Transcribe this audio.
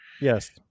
Yes